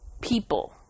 people